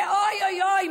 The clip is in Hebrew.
ואוי אוי אוי,